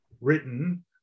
written